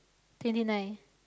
twenty nine